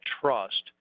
trust